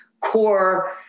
core